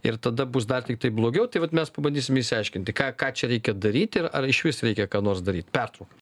ir tada bus dar tiktai blogiau tai vat mes pabandysim išsiaiškinti ką ką čia reikia daryti ir ar išvis reikia ką nors daryt pertrauka